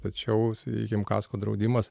tačiau sakykim kasko draudimas